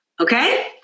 okay